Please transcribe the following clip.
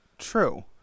true